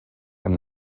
and